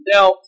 Now